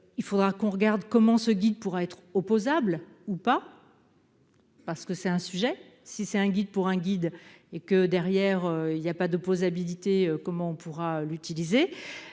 il faudra qu'on regarde comment ce guide pourra être opposable ou pas. Parce que c'est un sujet si c'est un guide pour un guide et que derrière il y a pas de pause, comment on pourra l'utiliser